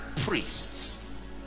priests